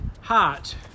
heart